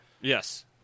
Yes